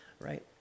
Right